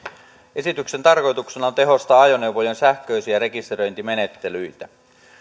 esityksen tarkoituksena on tehostaa ajoneuvojen sähköisiä rekisteröintimenettelyitä